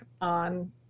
on